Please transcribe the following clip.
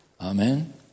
Amen